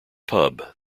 pub